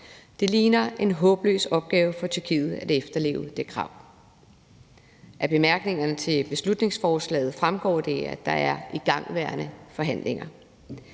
Det ligner en håbløs opgave for Tyrkiet at efterleve det krav. Af bemærkningerne til beslutningsforslaget fremgår det, at der er igangværende forhandlinger.